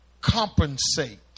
compensate